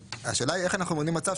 השאלה היא איך אנחנו מונעים מצב,